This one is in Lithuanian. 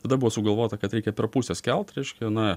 tada buvo sugalvota kad reikia per pusę skelt reiškia na